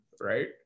Right